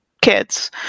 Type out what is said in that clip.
kids